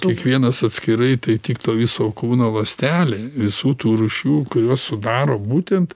kiekvienas atskirai tai tik to viso kūno ląstelė visų tų rūšių kurios sudaro būtent